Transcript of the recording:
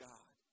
God